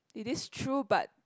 it is true but